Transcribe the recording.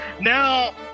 now